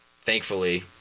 thankfully